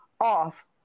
off